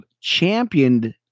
championed